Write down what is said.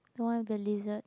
one of the lizards